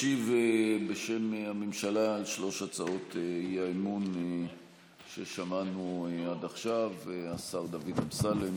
ישיב בשם הממשלה על שלוש הצעות האי-אמון ששמענו עד עכשיו השר דוד אמסלם,